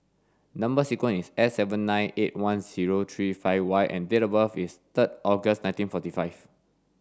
number sequence is S seven nine eight one zero three five Y and date of birth is third August nineteen forty five